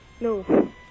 No